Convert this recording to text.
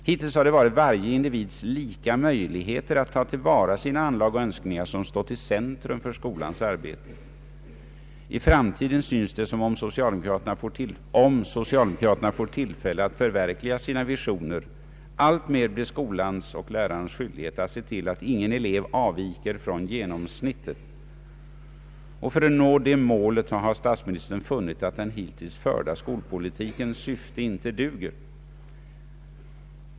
Hittills har det varit varje individs lika möjligheter att ta till vara sina anlag och önskningar som stått i centrum för skolans arbete. I framtiden synes det som om det — om socialdemokraterna får tillfälle att förverkliga sina visioner — alltmer blir skolans och lärarnas skyldighet att se till att ingen elev avviker från genomsnittet. För att nå det målet duger inte den hittills förda skolpolitiken, har statsministern funnit.